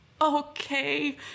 okay